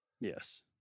Yes